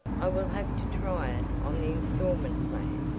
i will have to try it on the installment plan.